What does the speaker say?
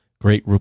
great